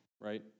right